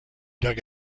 dug